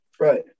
Right